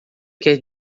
quer